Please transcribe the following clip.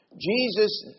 Jesus